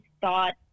thought